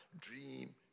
dream